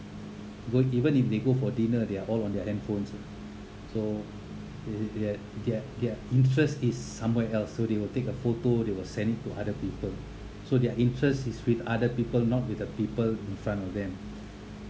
go even if they go for dinner there are all on their handphones lah so yet their their interest is somewhere else so they will take a photo they will send it to other people so their interest is with other people not with the people in front of them